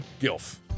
gilf